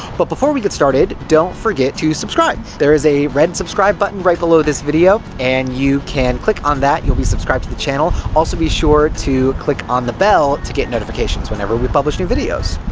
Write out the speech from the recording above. but before we get started, don't forget to subscribe. there is a red subscribe button right below this video, and you can click on that. you'll be subscribed to the channel. also, be sure to click on the bell to get notifications whenever we publish new videos.